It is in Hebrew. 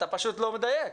אתה פשוט לא מדייק.